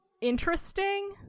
interesting